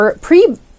pre